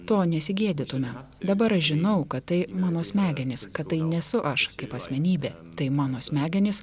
to nesigėdytume dabar aš žinau kad tai mano smegenys kad tai nesu aš kaip asmenybė tai mano smegenys